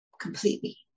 completely